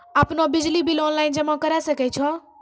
आपनौ बिजली bill online जमा करै सकै छौ?